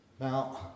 Now